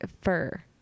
fur